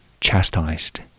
chastised